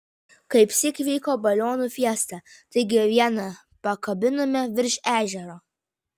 kaipsyk vyko balionų fiesta taigi vieną pakabinome virš ežero